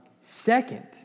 Second